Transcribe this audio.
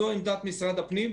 זו עמדת משרד הפנים,